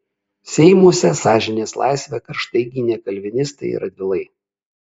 seimuose sąžinės laisvę karštai gynė kalvinistai radvilai